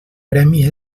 premi